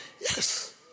yes